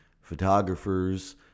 photographers